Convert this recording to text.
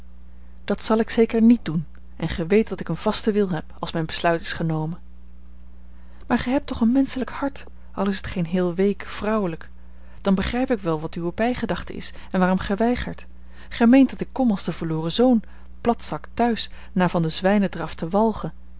dat zal ik zeker niet doen en gij weet dat ik een vasten wil heb als mijn besluit is genomen maar gij hebt toch een menschelijk hart al is t geen heel week vrouwelijk dan begrijp ik wel wat uwe bijgedachte is en waarom gij weigert gij meent dat ik kom als de verloren zoon platzak thuis na van den zwijnendraf te walgen